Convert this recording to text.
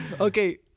Okay